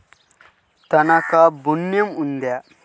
తనఖా ఋణం ఉందా?